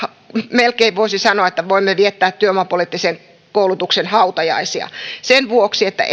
melkein voisi sanoa että voimme viettää työvoimapoliittisen koulutuksen hautajaisia sen vuoksi että